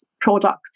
product